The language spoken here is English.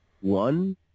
one